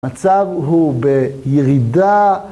מצב הוא בירידה.